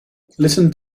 listen